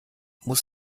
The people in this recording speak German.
muss